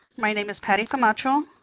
my name is patty camacho,